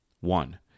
One